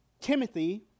Timothy